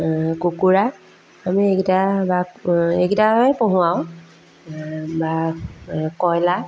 কুকুৰা আমি এইকেইটাই বা এইকেইটাই পোহোঁ আৰু বা কয়লাৰ